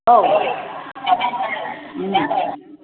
औ